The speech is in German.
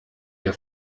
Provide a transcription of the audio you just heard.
der